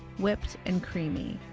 whipped and creamy.